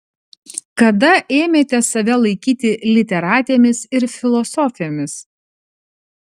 kada ėmėte save laikyti literatėmis ir filosofėmis